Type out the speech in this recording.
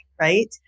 right